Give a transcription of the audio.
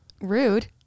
Rude